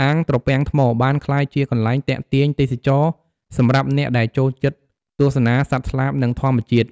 អាងត្រពាំងថ្មបានក្លាយជាកន្លែងទាក់ទាញទេសចរណ៍សម្រាប់អ្នកដែលចូលចិត្តទស្សនាសត្វស្លាបនិងធម្មជាតិ